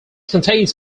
contains